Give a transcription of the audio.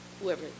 whoever